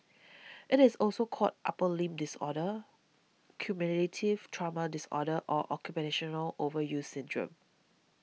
it is also called upper limb disorder cumulative trauma disorder or occupational overuse syndrome